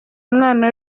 umwana